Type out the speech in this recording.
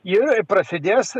ir prasidės